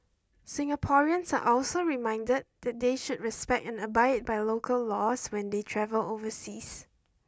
Singaporeans are also reminded that they should respect and abide by the local laws when they travel overseas